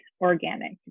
organic